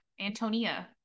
Antonia